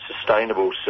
sustainable